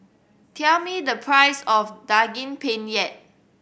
tell me the price of Daging Penyet